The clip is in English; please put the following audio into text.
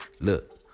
Look